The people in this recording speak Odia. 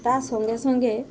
ତା ସଙ୍ଗେସଙ୍ଗେ